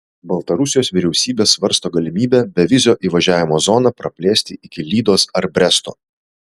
baltarusijos vyriausybė svarsto galimybę bevizio įvažiavimo zoną praplėsti iki lydos ar bresto